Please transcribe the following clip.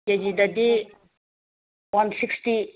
ꯀꯦꯖꯤꯗꯗꯤ ꯋꯥꯟ ꯁꯤꯛꯁꯇꯤ